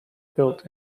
built